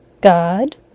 God